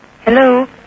Hello